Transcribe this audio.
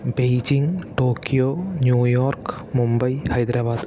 Beijing Tokyo New York Mumbai Hyderabad